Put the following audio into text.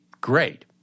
great